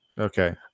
Okay